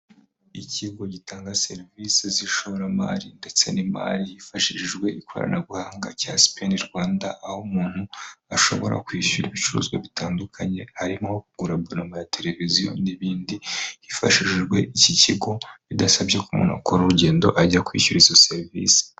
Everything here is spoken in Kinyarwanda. Ikigo gitanga serivisi z'ishoramari ndetse n'imari hifashishijwe ikoranabuhanga cya sp rwanda aho umuntu ashobora kwishyura ibicuruzwa bitandukanye harimo kugurabuoma ya televiziyo n'ibindi hifashishijwe iki kigo bidasabye ko umuntu akora urugendo ajya kwishyurazo serivisi.